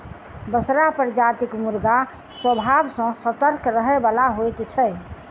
बसरा प्रजातिक मुर्गा स्वभाव सॅ सतर्क रहयबला होइत छै